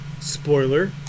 spoiler